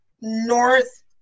north